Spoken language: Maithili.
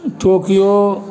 टोकियो